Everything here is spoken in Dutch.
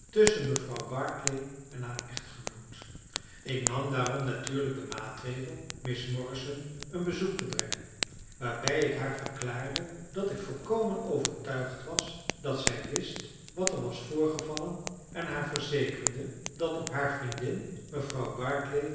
tusschen mevrouw barclay en haar echtgenoot ik nam daarom natuurlijk den maatregel miss morrison een bezoek te brengen waarbij ik haar verklaarde dat ik volkomen overtuigd was dat zij wist wat er was voorgevallen en haar verzekerde dat op haar vriendin mevrouw barclay